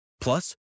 plus